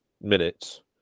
minutes